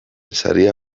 saria